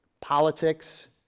politics